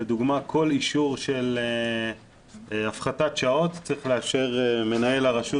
לדוגמה כל אישור של הפחתת שעות צריך לאשר מנהל הרשות